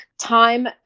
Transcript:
Time